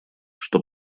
что